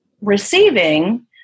receiving